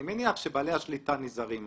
אני מניח שבעלי השליטה נזהרים היום,